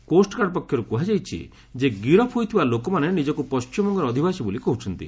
coast guard ପକ୍ଷରୁ କୁହାଯାଇଛି ଯେ ଗିରଫ ହୋଇଥିବା ଲୋକମାନେ ନିଜକୁ ପଶ୍ଚିମବଙ୍ଗର ଅଧିବାସୀ ବୋଲି କହୁଛନ୍ତି